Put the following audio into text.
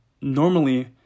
normally